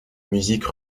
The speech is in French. musique